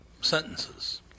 sentences